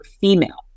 female